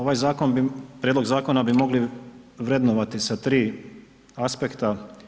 Ovaj prijedlog zakona bi mogli vrednovati sa 3 aspekta.